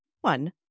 One